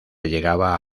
llegaba